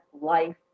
life